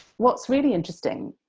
what's really interesting,